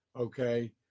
okay